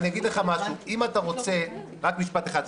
רק משפט אחד.